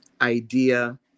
idea